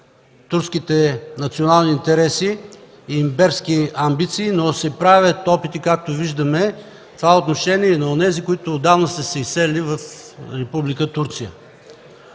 турските национални интереси и имперски амбиции, но се правят опити, както виждаме, и за онези, които отдавна са се изселили в Република Турция.